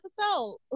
episode